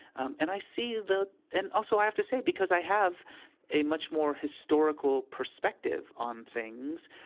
and i see the and also, i have to say because i have a much more historical perspective on things,